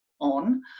on